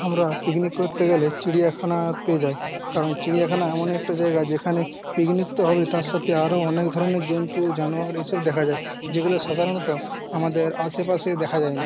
আমরা পিকনিক করতে গেলে চিড়িয়াখানাতে যাই কারণ চিড়িয়াখানা এমনই একটা জায়গা যেখানে পিকনিক তো হবেই তার সাথে আরও অনেক ধরনের জন্তু জানোয়ার এসব দেখা যায় যেগুলো সাধারণত আমাদের আশেপাশে দেখা যায় না